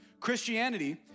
Christianity